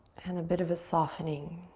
and a bit of a softening.